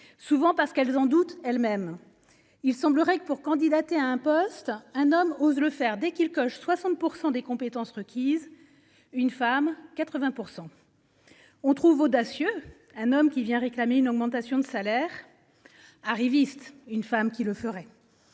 souvent parce qu'elles en doute elles-mêmes. Il semblerait que pour candidater à un poste un homme ose le faire dès qu'il coche 60% des compétences requises. Une femme 80%. On trouve audacieux, un homme qui vient réclamer une augmentation de salaire. Arriviste. Une femme qui le ferait.